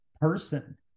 person